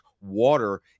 water